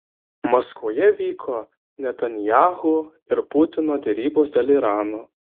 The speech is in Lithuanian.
maskvoje vyko netanyahu ir putino derybos dėl irano